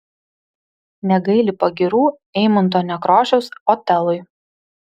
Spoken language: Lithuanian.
negaili pagyrų eimunto nekrošiaus otelui